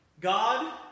God